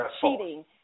cheating